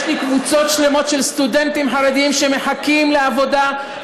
יש לי קבוצות שלמות של סטודנטים חרדים שמחכים לעבודה,